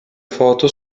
foto